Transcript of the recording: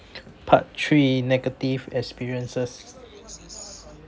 part three negative experiences